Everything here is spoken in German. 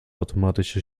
automatische